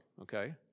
okay